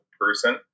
person